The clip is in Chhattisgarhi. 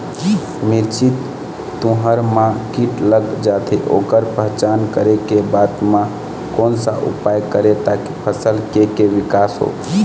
मिर्ची, तुंहर मा कीट लग जाथे ओकर पहचान करें के बाद मा कोन सा उपाय करें ताकि फसल के के विकास हो?